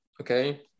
Okay